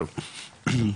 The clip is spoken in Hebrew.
תודה, טוב,